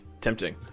Tempting